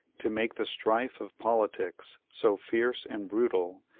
to make the strife of politics so fierce and brutal,